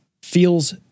feels